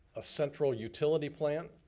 central utility plant,